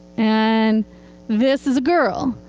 and this is a girl,